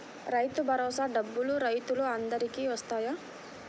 రైతు భరోసా డబ్బులు రైతులు అందరికి వస్తాయా?